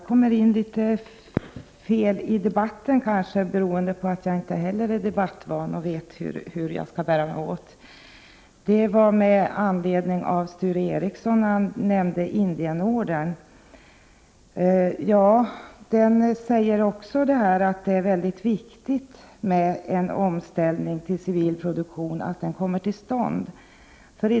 Herr talman! Jag kommer kanske in litet fel i debatten, beroende på att jag inte är debattvan. Sture Ericson nämnde Indienordern. Det är mycket viktigt att en omställning till civil produktion kommer till stånd.